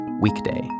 weekday